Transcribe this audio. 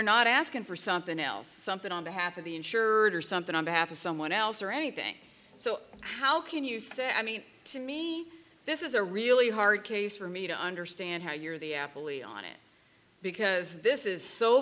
not asking for something else something on behalf of the insured or something on behalf of someone else or anything so how can you say i mean to me this is a really hard case for me to understand how you're the apollyon it because this is so